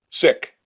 Sick